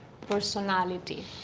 personality